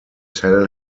tell